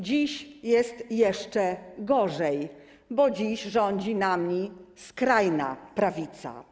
Dziś jest jeszcze gorzej, bo dziś rządzi nami skrajna prawica.